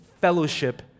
fellowship